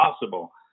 possible